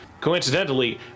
coincidentally